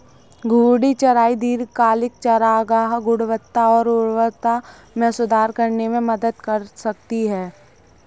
घूर्णी चराई दीर्घकालिक चारागाह गुणवत्ता और उर्वरता में सुधार करने में मदद कर सकती है